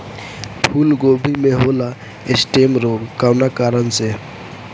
फूलगोभी में होला स्टेम रोग कौना कारण से?